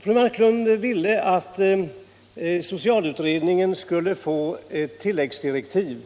Fru Marklund ville att socialutredningen skulle få tilläggsdirektiv.